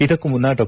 ಇದಕ್ಕೂ ಮುನ್ನ ಡಾ